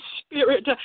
spirit